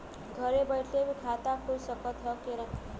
घरे बइठले भी खाता खुल सकत ह का?